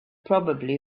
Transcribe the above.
probably